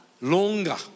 longer